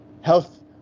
health